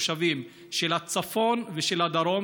בתושבים של הצפון ושל הדרום,